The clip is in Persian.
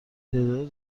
تعداد